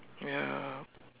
ya